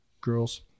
girls